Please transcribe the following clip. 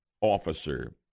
officer